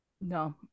No